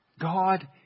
God